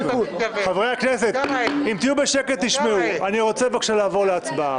אני רוצה לעבור להצבעה.